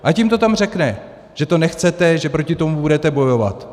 Ať jim to tam řekne, že to nechcete, že proti tomu budete bojovat.